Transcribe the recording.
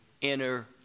inner